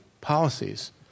policies